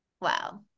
wow